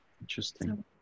Interesting